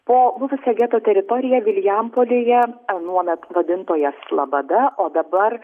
po buvusią geto teritoriją vilijampolėje anuomet vadintoje slabada o dabar